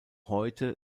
heute